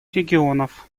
регионов